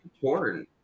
porn